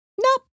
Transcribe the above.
Nope